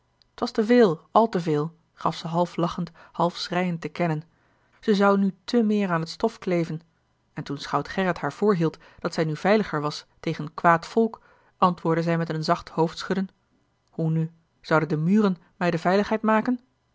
t was te veel al te veel gaf ze half lachend half schreiend te kennen ze zou nu te meer aan het stof kleven en toen schout gerrit haar voorhield dat zij nu veiliger was tegen kwaad volk antwoordde zij met een zacht hoofdschudden hoe nu zouden de muren mij de veiligheid maken